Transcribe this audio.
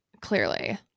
Clearly